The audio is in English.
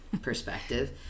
perspective